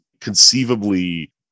conceivably